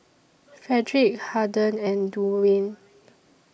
Frederick Harden and Duwayne